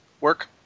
work